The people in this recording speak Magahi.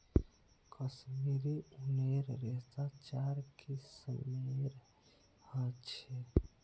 कश्मीरी ऊनेर रेशा चार किस्मेर ह छे